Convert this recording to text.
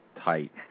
tight